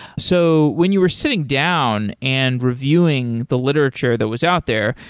so when you were sitting down and reviewing the literature that was out there,